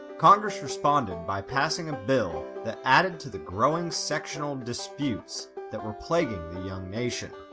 congress responded by passing a bill that added to the growing sectional disputes that were plaguing the young nation.